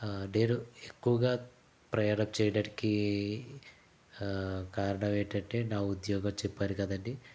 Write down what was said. నేను ఎక్కువగా ప్రయాణం చేయడానికి కారణం ఏంటంటే నా ఉద్యోగం చెప్పానుకదండి